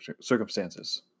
circumstances